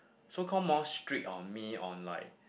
so call more strict on me on like